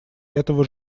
этого